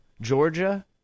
Georgia